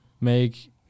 make